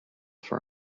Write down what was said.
for